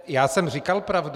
Já jsem říkal pravdu.